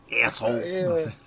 Asshole